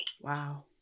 Wow